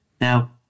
Now